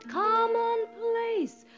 commonplace